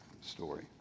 story